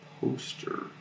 poster